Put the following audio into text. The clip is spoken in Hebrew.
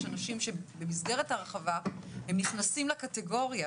יש אנשים שבמסגרת ההרחבה הם נכנסים לקטגוריה,